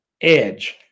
edge